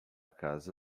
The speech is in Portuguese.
casa